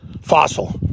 fossil